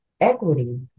Equity